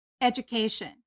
education